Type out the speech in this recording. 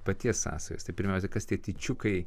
paties sąsajas tai pirmiausia kas tie tyčiukai